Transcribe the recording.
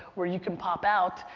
where you can pop out,